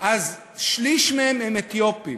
שליש מהם הם אתיופים.